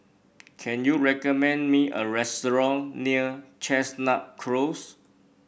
can you recommend me a restaurant near Chestnut Close